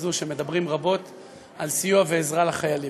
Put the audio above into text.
הזאת שמדברים רבות על סיוע ועזרה לחיילים.